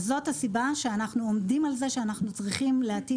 אז זאת הסיבה שאנחנו עומדים על זה שאנחנו צריכים להטיל